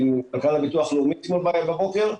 ומנכ"ל הביטוח הלאומי אתמול בבוקר.